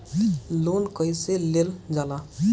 Loan कईसे लेल जाला?